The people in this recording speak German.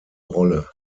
rolle